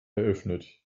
eröffnet